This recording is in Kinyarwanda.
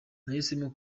nahisemo